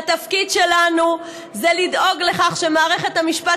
והתפקיד שלנו זה לדאוג לכך שמערכת המשפט